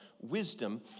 wisdom